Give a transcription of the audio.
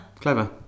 clever